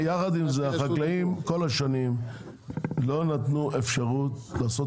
החקלאים בכל השנים לא נתנו אפשרות לעשות